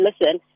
listen